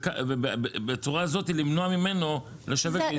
ובצורה הזאת ימנע ממנו לשווק לישראל?